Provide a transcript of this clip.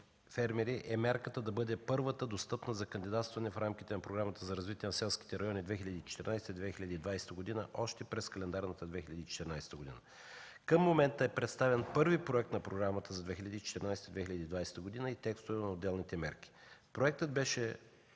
е мярката да бъде първата достъпна за кандидатстване в рамките на Програмата за развитие на селските райони 2014-2020 г. още през календарната 2014 г. Към момента е представен първи проект на Програмата за 2014-2020 г. и текстове на отделните мерки. Проектът беше